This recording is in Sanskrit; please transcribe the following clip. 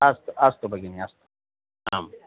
अस्तु अस्तु भगिनि अस्तु आम्